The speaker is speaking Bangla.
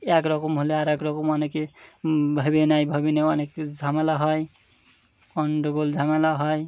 এক রকম হলে আর এক রকম অনেকে ভাবে নেই ভাব নে অনেকে ঝামেলা হয় গন্ডগোল ঝামেলা হয়